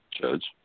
Judge